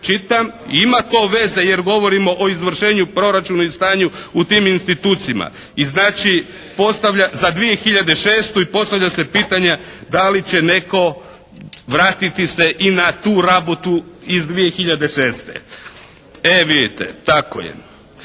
Čitam, ima to veze jer govorimo o izvršenju proračuna i stanju u tim institucijama. I znači postavlja, za 2006. i postavlja se pitanje da li će netko vratiti se i na tu rabotu iz 2006.? E vidite tako je.